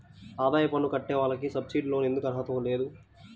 ఆదాయ పన్ను కట్టే వాళ్లకు సబ్సిడీ లోన్ ఎందుకు అర్హత లేదు?